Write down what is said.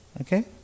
Okay